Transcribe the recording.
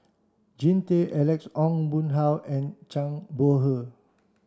Jean Tay Alex Ong Boon Hau and Zhang Bohe